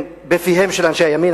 בפיהם של אנשי הימין,